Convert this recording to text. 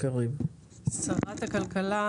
באזור כרמיאל,